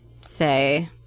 say